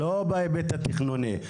לא בהיבט התכנוני.